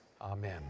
amen